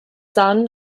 son